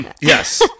Yes